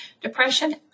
depression